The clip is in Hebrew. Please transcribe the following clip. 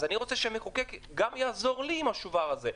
אז אני רוצה שהמחוקק גם יעזור לי עם השובר הזה,